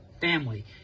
family